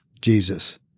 Jesus